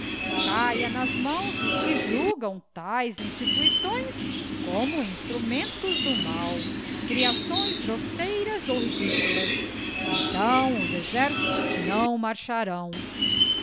caia nas mãos dos que julgam taes instituições como instnmentos do mal creações grosseiras ou ridículas então os exércitos não marcharão